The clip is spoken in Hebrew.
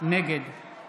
נגד